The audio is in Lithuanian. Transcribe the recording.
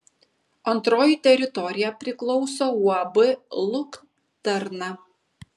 antroji teritorija priklauso uab luktarna